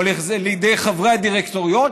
או לידי חברי הדירקטוריון,